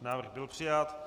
Návrh byl přijat.